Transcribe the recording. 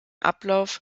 ablauf